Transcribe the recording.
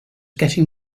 getting